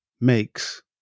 makes